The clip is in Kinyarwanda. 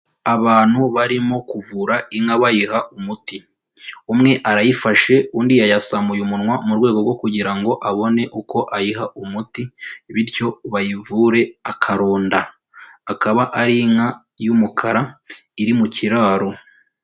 Abantu barimo kuvura inka bayiha umuti, umwe arayifashe undi yayasamuye umunwa mu rwego rwo kugira ngo abone uko ayiha umuti, bityo bayivure akaronda, akaba ari inka y'umukara iri mu kiraro.